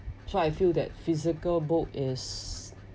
so I feel that physical book is